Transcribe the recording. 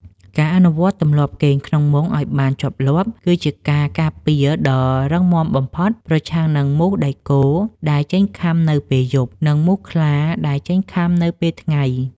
ការអនុវត្តទម្លាប់គេងក្នុងមុងឱ្យបានជាប់លាប់ គឺជាការការពារដ៏រឹងមាំបំផុតប្រឆាំងនឹងមូសដែកគោលដែលចេញខាំនៅពេលយប់ និងមូសខ្លាដែលចេញខាំនៅពេលថ្ងៃ។